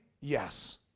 yes